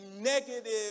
negative